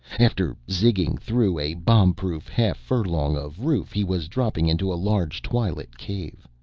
after zigging through a bombproof half-furlong of roof, he was dropping into a large twilit cave.